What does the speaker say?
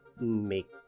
make